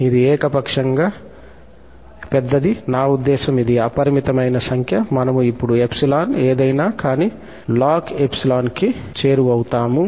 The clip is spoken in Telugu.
ఇది ఏకపక్షంగా పెద్దది నా ఉద్దేశ్యం ఇది అపరిమితమైన సంఖ్య మనము ఇప్పుడు 𝜖 ఏదైనా కానీ ln 𝜖 కి చేరువవుతాము